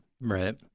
Right